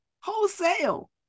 Wholesale